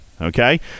okay